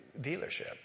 dealership